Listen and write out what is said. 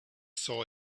saw